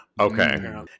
Okay